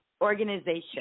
organization